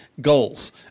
goals